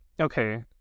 okay